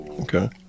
Okay